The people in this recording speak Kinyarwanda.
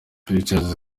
pictures